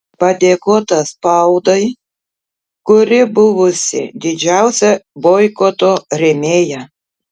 padėkota spaudai kuri buvusi didžiausia boikoto rėmėja